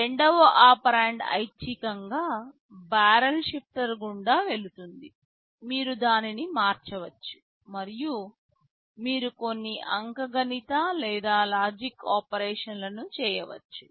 రెండవ ఒపెరాండ్ ఐచ్ఛికంగా barrel shifter గుండా వెళుతుంది మీరు దానిని మార్చవచ్చు మరియు మీరు కొన్ని అంకగణిత లేదా లాజిక్ ఆపరేషన్లు చేయవచ్చు